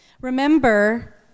Remember